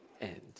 end